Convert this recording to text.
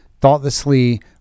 thoughtlessly